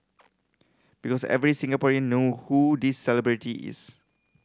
because every Singaporean know who this celebrity is